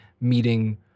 meeting